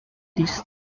this